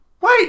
Wait